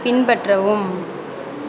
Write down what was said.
பின்பற்றவும்